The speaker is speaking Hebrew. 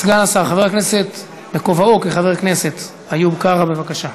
סגן השר, בכובעו כחבר הכנסת, איוב קרא, בבקשה.